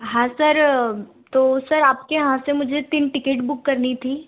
हाँ सर तो सर आपके यहाँ से मुझे तीन टिकेट बुक करनी थी